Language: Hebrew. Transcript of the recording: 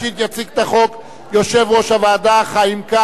יציג את החוק יושב-ראש הוועדה חיים כץ.